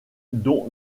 dont